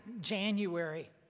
January